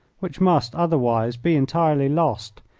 which must otherwise be entirely lost,